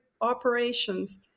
operations